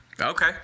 Okay